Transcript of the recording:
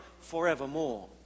forevermore